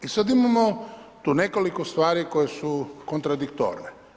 I sad imamo tu nekoliko stvari koje su kontradiktorne.